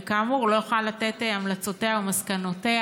וכאמור, לא יכולה לתת את המלצותיה ומסקנותיה,